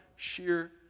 sheer